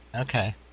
Okay